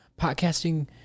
Podcasting